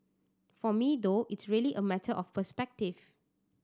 for me though it's really a matter of perspective